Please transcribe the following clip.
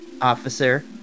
officer